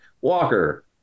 Walker